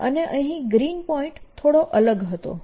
અને અહીં green point થોડો અલગ હતો